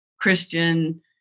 Christian